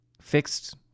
fixed